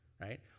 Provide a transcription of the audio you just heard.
right